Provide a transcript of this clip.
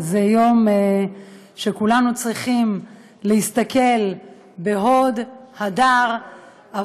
זה יום שבו כולנו צריכים להסתכל בהוד ובהדר אל